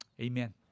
Amen